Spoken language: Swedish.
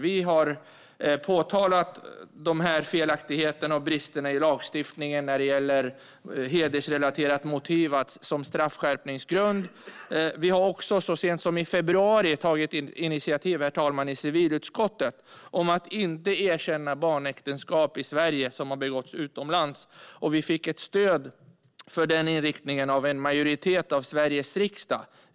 Vi har påtalat felaktigheterna och bristerna i lagstiftningen när det gäller hedersmotiv som straffskärpningsgrund. Så sent som i februari tog vi också initiativ i civilutskottet till att Sverige inte ska erkänna barnäktenskap som har ingåtts utomlands. Vi fick stöd för den inriktningen av en majoritet i Sveriges riksdag.